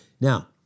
Now